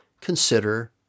consider